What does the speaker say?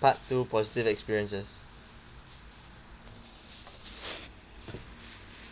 part two positive experiences